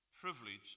privilege